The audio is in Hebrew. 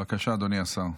בבקשה, אדוני השר.